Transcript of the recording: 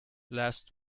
last